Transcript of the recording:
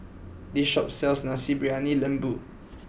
this shop sells Nasi Briyani Lembu